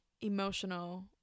emotional